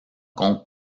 compte